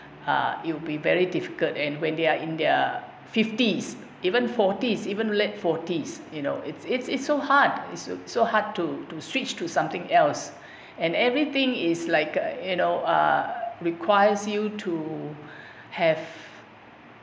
uh it will be very difficult and when they are in their fifties even forties even late forties you know it's it's it's so hard it's so hard to to switch to something else and everything is like uh you know er requires you to have